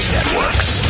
Networks